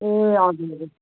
ए हजुर हजुर